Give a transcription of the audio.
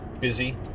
Busy